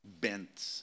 bent